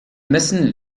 müssen